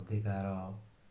ଅଧିକାର